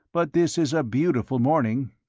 but this is a beautiful morning.